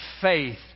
faith